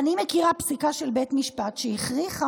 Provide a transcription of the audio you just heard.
אני מכירה פסיקה של בית משפט שהכריחה